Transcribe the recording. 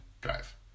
drive